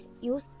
use